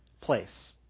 place